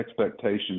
expectations